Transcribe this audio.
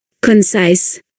Concise